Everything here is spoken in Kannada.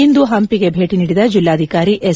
ಇಂದು ಹಂಪಿಗೆ ಭೇಟಿ ನೀಡಿದ ಜಿಲ್ಲಾಧಿಕಾರಿ ಎಸ್